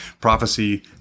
Prophecy